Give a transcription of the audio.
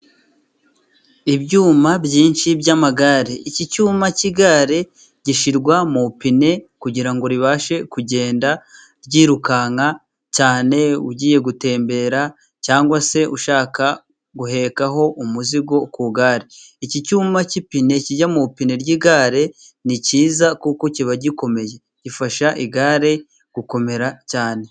Ibyuma byinshi by'amagare, iki cyuma cy'igare gishyirwa mu ipine, kugira ngo ribashe kugenda ryirukanka cyane, ugiye gutembera cyangwag se ushaka guheka umuzigo ku igare, iki cyuma cy'ipine kijya mu ipine ry'igare ni cyiza kuko kiba gikomeye gifasha igare gukomera cyane.